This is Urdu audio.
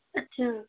اچھا